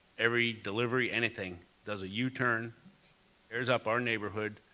every delivery, anything does a yeah u-turn, tears up our neighborhood,